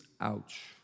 ouch